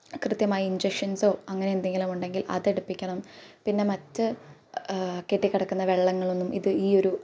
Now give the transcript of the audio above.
കൃത്യമായ ഇൻജെക്ഷൻസോ അങ്ങനെ എന്തെങ്കിലും ഉണ്ടെങ്കിൽ അത് എടുപ്പിക്കണം പിന്നെ മറ്റ് കെട്ടിക്കിടക്കുന്ന വെള്ളങ്ങളൊന്നും ഇത് ഈ ഒരു